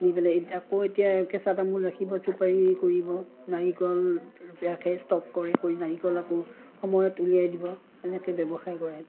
নি পেলাই আকৌ এতিয়া কেঁচা তামোল ৰাখিব চুপাৰি কৰিব নাৰিকল ৰাখে ষ্টক কৰে কৰি নাৰিকল আকৌ সময়ত উলিয়াই দিব এনেকৈ ব্যৱসায় কৰে